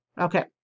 okay